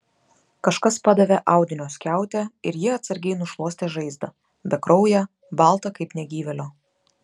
kažkas padavė audinio skiautę ir ji atsargiai nušluostė žaizdą bekrauję baltą kaip negyvėlio